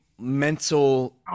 mental